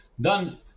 Dan